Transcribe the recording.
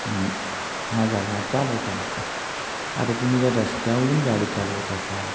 नं हा झाला चालवतानाचा आता तुम्ही जर रस्त्यावरून गाडी चालवत असाल